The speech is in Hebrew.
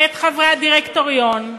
את חברי הדירקטוריון.